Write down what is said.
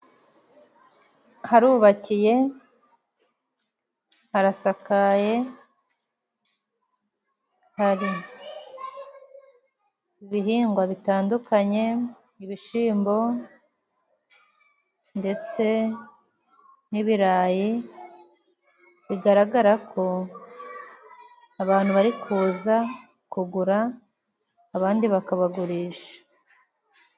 Harubakiye, harasakaye, hari ibihingwa bitandukanye, ibishimbo ndetse n'ibirayi, bigaragara ko abantu bari kuza kugura, abandi bakabagurisha.